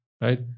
right